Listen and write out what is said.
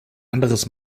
anderes